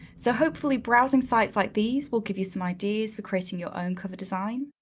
so hopefully browsing sites like these will give you some ideas for creating your own cover design.